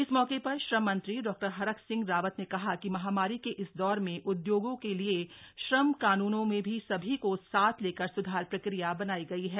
इस मौके र श्रम मंत्री डॉ हरक सिंह रावत ने कहा कि महामारी के इस दौर में उद्योगों के लिए श्रम कानूनों में भी सभी को साथ लेकर स्धार प्रक्रिया अ नाई गई है